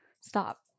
stop